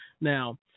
Now